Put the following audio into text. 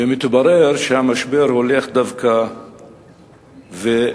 ומתברר שהמשבר הולך דווקא ומחמיר.